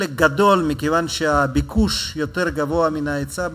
מכיוון שהביקוש יותר גבוה מההיצע,